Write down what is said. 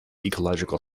ecological